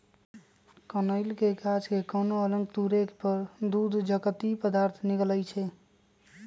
कनइल के गाछ के कोनो अङग के तोरे पर दूध जकति पदार्थ निकलइ छै